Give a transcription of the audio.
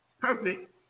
perfect